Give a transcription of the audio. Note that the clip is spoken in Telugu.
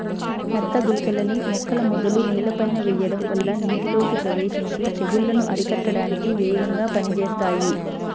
నత్త గుళికలని మొక్కల మొదలు నేలపైన వెయ్యడం వల్ల నీటిలోకి ప్రవేశించి తెగుల్లను అరికట్టడానికి వేగంగా పనిజేత్తాయి